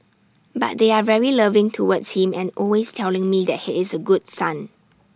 but they are very loving towards him and always telling me that he is A good son